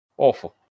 Awful